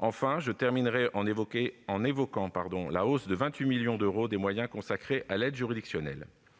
Je terminerai par deux remarques à propos de la hausse de 28 millions d'euros des moyens consacrés à l'aide juridictionnelle,